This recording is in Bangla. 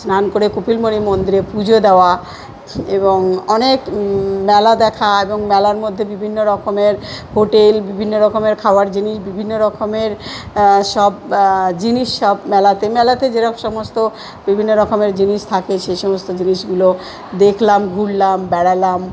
স্নান করে কপিলমুনি মন্দিরে পুজো দেওয়া এবং অনেক মেলা দেখা এবং মেলার মধ্যে বিভিন্ন রকমের হোটেল বিভিন্ন রকমের খাওয়ার জিনিস বিভিন্ন রকমের সব জিনিস সব মেলাতে মেলাতে যেরকম সমস্ত বিভিন্ন রকমের জিনিস থাকে সে সমস্ত জিনিসগুলো দেখলাম ঘুরলাম বেড়ালাম